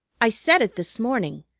i set it this morning.